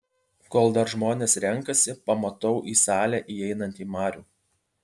kol dar žmonės renkasi pamatau į salę įeinantį marių